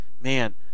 man